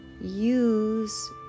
use